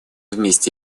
вместе